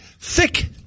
thick